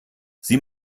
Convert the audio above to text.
sie